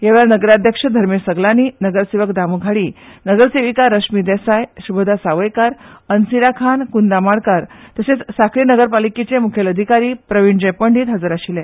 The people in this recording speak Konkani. ह्या वेळार नगराध्यक्ष धर्मेश सगलानी नगरसेवक दामू घाडी नगरसेविका रश्मी देसाय शुभदा सावयकार अंसिरा खान कुंदा माडकार तशेंच सांखळी नगरपालिकेचे मुखेल अधिकारी प्रवीणजय पंडित हजर आशिल्ले